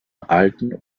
alten